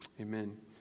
Amen